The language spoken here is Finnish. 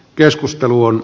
keskustelu on